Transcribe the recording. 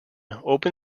open